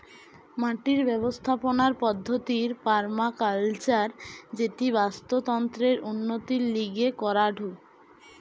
মাটির ব্যবস্থাপনার পদ্ধতির পার্মাকালচার যেটি বাস্তুতন্ত্রের উন্নতির লিগে করাঢু